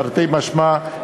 תרתי משמע,